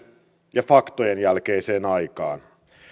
ja faktojen jälkeiseen aikaan